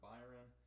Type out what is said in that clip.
Byron